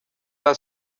les